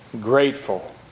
grateful